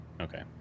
Okay